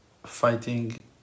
fighting